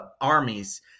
armies